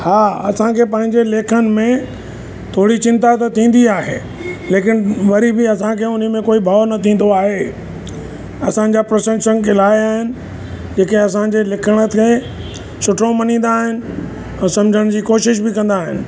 हा असांखे पंहिंजे लेखन में थोरी चिंता त थींदी आहे लेकिन वरी बि असांखे उन्ही में कोई भउ न थींदो आहे असांजा प्रशंसक इलाया आहिनि जेके असांजे लिखण खे सुठो मञींदा आहिनि ऐं सम्झण जी कोशिशि बि कंदा आहिनि